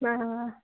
آ